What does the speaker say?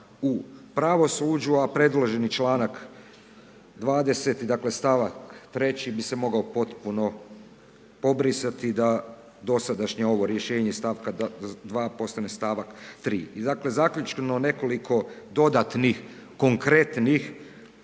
u pravosuđu, a predloženi članak 20., st. 3. bi se mogao potpuno pobrisati da dosadašnje ovo rješenje iz st. 2. postane st. 3. I dakle, zaključno nekoliko dodatnih konkretnih